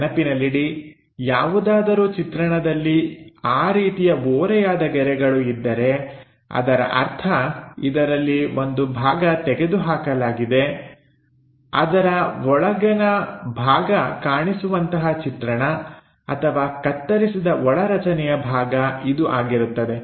ನೆನಪಿನಲ್ಲಿಡಿ ಯಾವುದಾದರೂ ಚಿತ್ರಣದಲ್ಲಿ ಆ ರೀತಿಯ ಓರೆಯಾದ ಗೆರೆಗಳು ಇದ್ದರೆ ಅದರ ಅರ್ಥ ಇದರಲ್ಲಿ ಒಂದು ಭಾಗ ತೆಗೆದುಹಾಕಲಾಗಿ ಅದರ ಒಳಗಿನ ಭಾಗ ಕಾಣಿಸುವಂತಹ ಚಿತ್ರಣ ಅಥವಾ ಕತ್ತರಿಸಿದ ಒಳರಚನೆಯ ಭಾಗ ಇದು ಆಗಿರುತ್ತದೆ